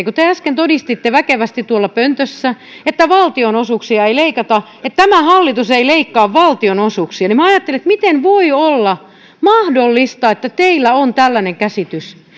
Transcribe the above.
kun te äsken todistitte väkevästi tuolla pöntössä että valtionosuuksia ei leikata että tämä hallitus ei leikkaa valtionosuuksia niin minä ajattelen miten voi olla mahdollista että teillä on tällainen käsitys